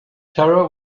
terror